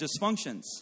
dysfunctions